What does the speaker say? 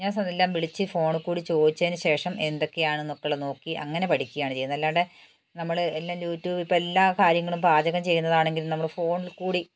ഞാൻ എല്ലാം വിളിച്ച് ഫോണിൽക്കൂടി ചോദിച്ചതിനു ശേഷം എന്തൊക്കെയാണെന്നൊക്കെയുള്ള നോക്കി അങ്ങനെ പഠിക്കുകയാണ് ചെയ്യുന്നത് അല്ലാണ്ടത് നമ്മൾ എല്ലാം യൂട്യൂബ് ഇപ്പോഴെല്ലാ കാര്യങ്ങളും പാചകം ചെയ്യുന്നതാണെങ്കിലും നമ്മൾ ഫോണിൽക്കൂടി